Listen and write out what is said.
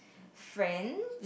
friends